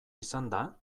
izanda